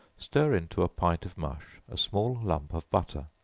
stir into a pint of mush a small lump of butter,